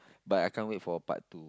but I can't wait for part two